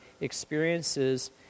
experiences